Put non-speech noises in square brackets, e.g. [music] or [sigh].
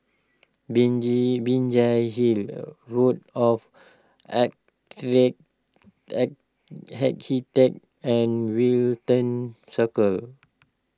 binji Binjai Hill Board of [noise] Architects and Wellington Circle